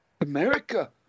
America